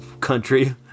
country